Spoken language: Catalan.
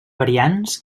variants